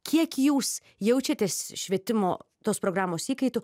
kiek jūs jaučiatės švietimo tos programos įkaitu